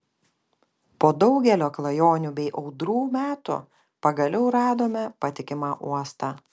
po daugelio klajonių bei audrų metų pagaliau radome patikimą uostą